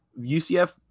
UCF